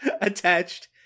Attached